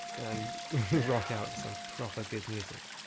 and rock out to some proper good music.